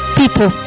people